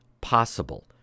possible